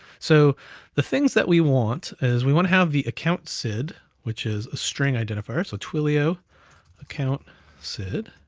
so the things that we want is we want to have the account sid, which is a string identifier. so twilio account sid,